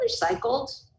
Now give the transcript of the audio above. recycled